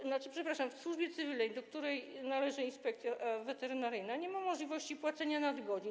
To znaczy, przepraszam, w służbie cywilnej, do której należy Inspekcja Weterynaryjna, nie ma możliwości płacenia za nadgodziny.